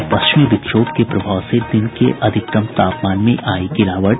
और पश्चिमी विक्षोभ के प्रभाव से दिन के अधिकतम तापमान में आई गिरावट